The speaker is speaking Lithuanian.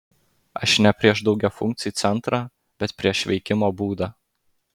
aš ne prieš daugiafunkcį centrą bet prieš veikimo būdą